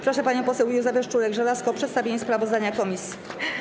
Proszę panią poseł Józefę Szczurek-Żelazko o przedstawienie sprawozdania komisji.